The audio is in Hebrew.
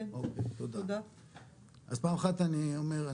אז פעם אחת אני אומר,